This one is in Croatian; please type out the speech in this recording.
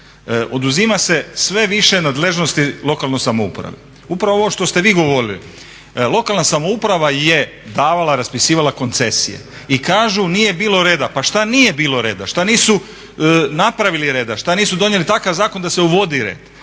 Oduzima se sve više nadležnosti lokalnoj samoupravi. Upravo ovo što ste vi govorili, lokalna samouprava je davala, raspisivala koncesije i kažu nije bilo reda, pa šta nije bilo reda, šta nisu napravili reda, šta nisu donijeli takav zakona da se uvodi red?